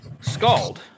Scald